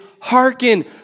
hearken